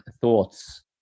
thoughts